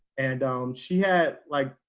and she had like,